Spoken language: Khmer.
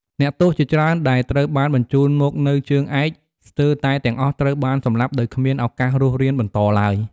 អ្នកទោសជាច្រើនដែលត្រូវបានបញ្ជូនមកនៅជើងឯក ស្ទើរតែទាំងអស់ត្រូវបានសម្លាប់ ដោយគ្មានឱកាសរស់រានបន្តឡើយ។